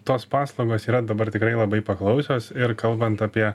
tos paslaugos yra dabar tikrai labai paklausios ir kalbant apie